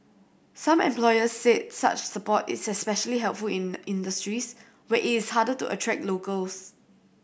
some employers said such support is especially helpful in industries where it is harder to attract locals